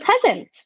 present